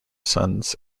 sons